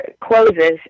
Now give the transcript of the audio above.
closes